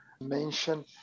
mention